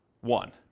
one